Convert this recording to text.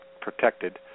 protected